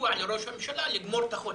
סיוע לראש הממשלה לגמור את החודש...